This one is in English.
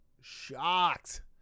shocked